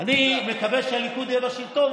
אני מקווה שהליכוד יהיה בשלטון,